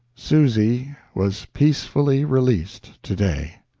susy was peacefully released to-day